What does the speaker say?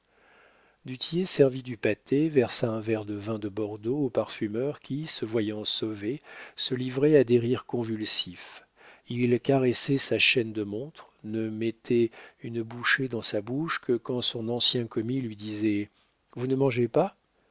tillet servit du pâté versa un verre de vin de bordeaux au parfumeur qui se voyant sauvé se livrait à des rires convulsifs il caressait sa chaîne de montre ne mettait une bouchée dans sa bouche que quand son ancien commis lui disait vous ne mangez pas